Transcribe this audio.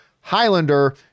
Highlander